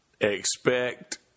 expect